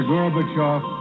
Gorbachev